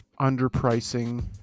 underpricing